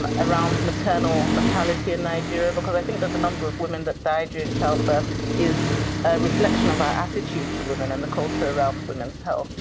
um around maternal mortality in nigeria. because i think that the number of women that die during childbirth is reflection of our attitude to women and the culture around women's health.